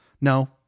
No